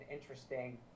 interesting